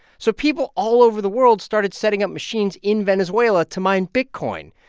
so people all over the world started setting up machines in venezuela to mine bitcoin.